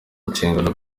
inshingano